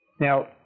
Now